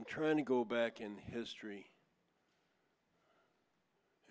i'm trying to go back in history